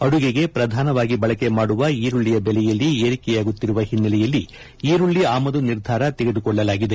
ಅಡುಗೆಗೆ ಪ್ರಧಾನವಾಗಿ ಬಳಕೆ ಮಾಡುವ ಈರುಳ್ಳಿ ಬೆಲೆಯಲ್ಲಿ ಏರಿಕೆಯಾಗುತ್ತಿರುವ ಹಿನ್ನೆಲೆಯಲ್ಲಿ ಈರುಳ್ಳ ಆಮದು ನಿರ್ಧಾರ ತೆಗೆದುಕೊಳ್ಳಲಾಗಿದೆ